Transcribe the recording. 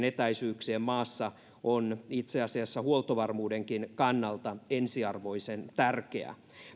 etäisyyksien maassa on itse asiassa huoltovarmuudenkin kannalta ensiarvoisen tärkeää